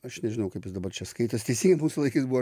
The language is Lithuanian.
aš nežinau kaip jis dabar čia skaitos teisingai mūsų laikais buvo